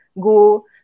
go